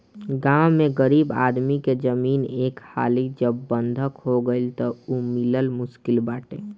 गांव में गरीब आदमी के जमीन एक हाली जब बंधक हो गईल तअ उ मिलल मुश्किल बाटे